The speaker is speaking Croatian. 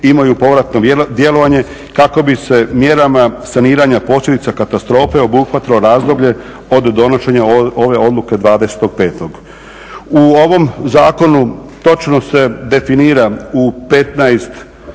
U ovom zakonu točno se definira u 15